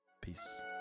Peace